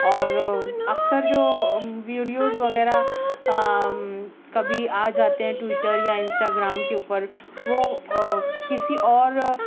اوراکثر جو ویڈیوز وغیرہ کبھی آ جاتے ہیں ٹویٹر یا انسٹاگرام کے اوپر وہ کسی اور